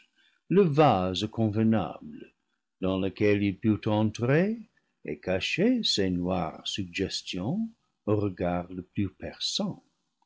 le vase convenable dans lequel il pût entrer et cacher ses noires suggestions au regard le plus perçant